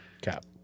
Cap